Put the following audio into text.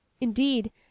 indeed